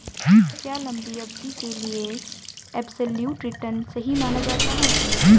क्या लंबी अवधि के लिए एबसोल्यूट रिटर्न सही माना जाता है?